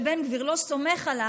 שבן גביר לא סומך עליו,